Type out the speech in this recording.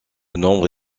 nombre